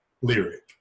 lyric